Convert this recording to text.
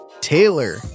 Taylor